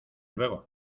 luego